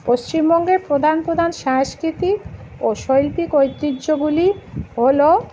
পশ্চিমবঙ্গের প্রধান প্রধান সাংস্কৃতিক ও শৈল্পিক ঐতিহ্যগুলি হল